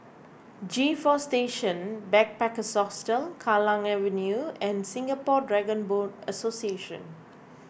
G four Station Backpackers Hostel Kallang Avenue and Singapore Dragon Boat Association